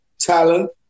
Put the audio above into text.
talent